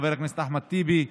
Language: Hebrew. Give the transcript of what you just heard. חבר הכנסת אחמד טיבי,